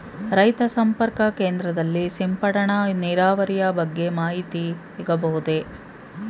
ರೈತ ಸಂಪರ್ಕ ಕೇಂದ್ರದಲ್ಲಿ ಸಿಂಪಡಣಾ ನೀರಾವರಿಯ ಬಗ್ಗೆ ಮಾಹಿತಿ ಸಿಗಬಹುದೇ?